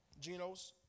Genos